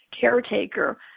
caretaker